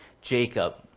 Jacob